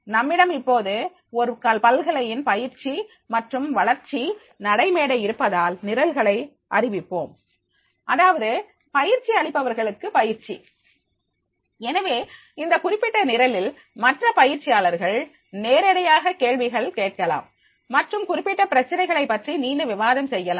நம்மிடம் இப்போது ஒரு பல்கலையின் பயிற்சி மற்றும் வளர்ச்சி நடைமேடை இருப்பதால் நிரல்களை அறிவிப்போம் அதாவது பயிற்சி அளிப்பவர்களுக்கு பயிற்சி எனவே இந்த குறிப்பிட்ட நிரலில் மற்ற பயிற்சியாளர்கள் நேரடியாக கேள்விகள் கேட்கலாம் மற்றும் குறிப்பிட்ட பிரச்சினைகள் பற்றி நீண்ட விவாதம் செய்யலாம்